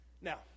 Now